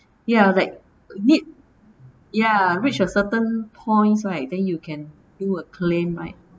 ya like need ya reach a certain points right then you can do a claim right